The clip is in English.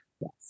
yes